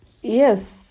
Yes